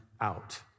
out